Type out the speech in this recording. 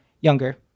Younger